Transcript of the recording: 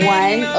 one